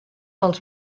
pels